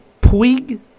Puig